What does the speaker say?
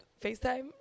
FaceTime